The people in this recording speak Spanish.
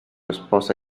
esposa